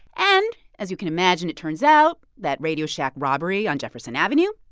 and as you can imagine, it turns out that radio shack robbery on jefferson avenue.